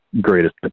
greatest